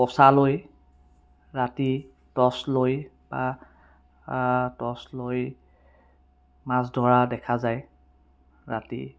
পছা লৈ ৰাতি টছ লৈ বা টছ লৈ মাছ ধৰা দেখা যায় ৰাতি